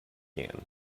began